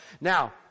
Now